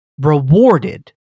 rewarded